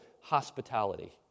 hospitality